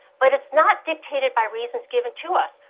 but it's not dictated by reasons given to us.